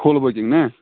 full booking نا